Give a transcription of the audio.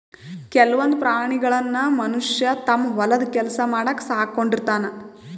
ಕೆಲವೊಂದ್ ಪ್ರಾಣಿಗಳನ್ನ್ ಮನಷ್ಯ ತಮ್ಮ್ ಹೊಲದ್ ಕೆಲ್ಸ ಮಾಡಕ್ಕ್ ಸಾಕೊಂಡಿರ್ತಾನ್